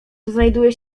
znajduje